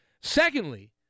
Secondly